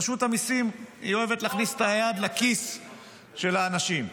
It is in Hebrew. רשות המסים אוהבת להכניס את היד לכיס של האנשים.